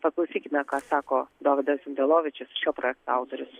paklausykime ką sako dovydas zundelovičius šio projekto autorius